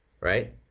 right